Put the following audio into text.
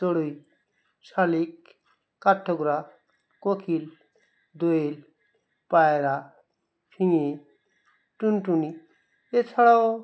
চড়ুই শালিক কাঠঠোকরা কোকিল দোয়েল পায়রা ফিঙে টুনটুনি এছাড়াও